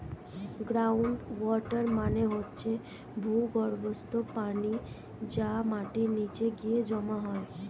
ground water মানে হচ্ছে ভূগর্ভস্থ পানি যা মাটির নিচে গিয়ে জমা হয়